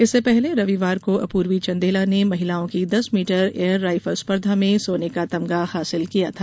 इससे पहले रविवार को अपूर्वी चर्देला ने महिलाओं की दस मीटर एयर राइफल स्पर्धा में सोने का तमगा हासिल किया था